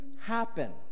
happen